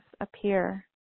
appear